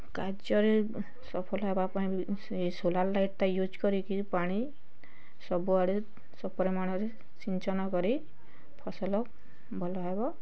କାର୍ଯ୍ୟରେ ସଫଳ ହେବା ପାଇଁ ବି ସୋଲାର୍ ଲାଇଟ୍ଟା ୟୁଜ୍ କରିକି ପାଣି ସବୁଆଡ଼େ ସପରିମାଣରେ ସିଞ୍ଚନ କରି ଫସଲ ଭଲ ହେବ